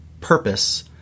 purpose